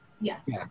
Yes